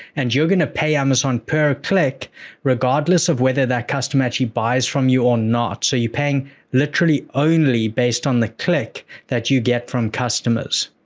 and you're going to pay amazon per click regardless of whether that customer actually buys from you or not. so, you're paying literally only based on the click that you get from customers.